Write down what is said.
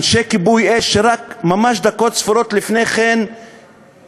אנשי כיבוי אש שרק ממש דקות ספורות לפני כן כמעט